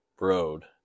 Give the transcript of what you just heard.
road